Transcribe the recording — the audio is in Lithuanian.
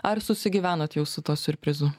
ar susigyvenot jau su tuo siurprizu